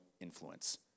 influence